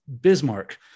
Bismarck